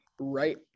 right